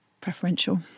preferential